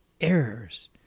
errors